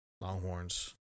Longhorns